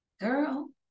girl